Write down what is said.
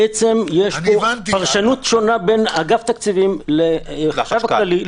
בעצם יש פה פרשנות שונה בין אגף תקציבים לחשב הכללי.